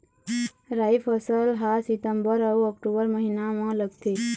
राई फसल हा सितंबर अऊ अक्टूबर महीना मा लगथे